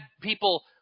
people